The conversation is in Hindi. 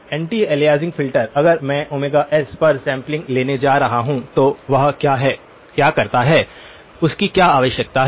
एंटी अलियासिंग फिल्टर अगर मैं s पर सैंपलिंग लेने जा रहा हूं तो वह क्या करता है उस की क्या आवश्यकता है